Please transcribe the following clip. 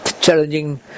challenging